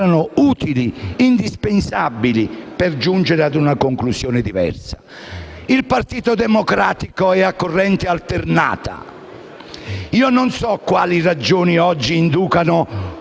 Il Partito Democratico è a corrente alternata; io non so quali ragioni oggi inducano questa